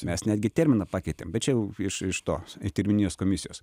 mes netgi terminą pakeitėm bet čia jau iš iš to terminijos komisijos